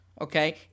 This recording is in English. Okay